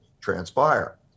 transpire